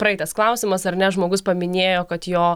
praeitas klausimas ar ne žmogus paminėjo kad jo